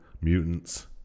mutants